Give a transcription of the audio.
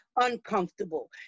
uncomfortable